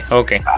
okay